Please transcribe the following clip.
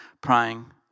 praying